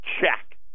check